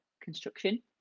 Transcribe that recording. construction